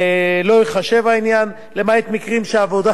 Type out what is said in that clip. לא ייחשב העניין, למעט מקרים שהעבודה